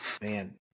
man